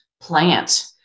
plant